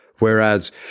Whereas